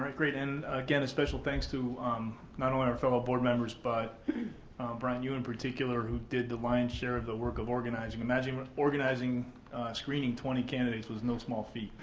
great. and again, a special thanks to not only our fellow board members, but brian, you in particular who did the lion's share of the work of organizing. imagine organizing screening twenty candidates was no small feat